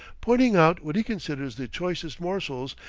pointing out what he considers the choicest morsels,